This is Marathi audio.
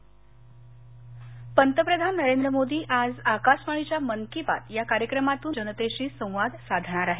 पंतप्रधान पंतप्रधान नरेंद्र मोदी आज आकाशवाणीच्या मन की बात या कार्यक्रमातून जनतेशी संवाद साधणार आहेत